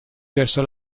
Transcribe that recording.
verso